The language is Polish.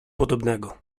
podobnego